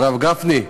הרב גפני,